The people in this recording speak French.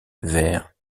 vers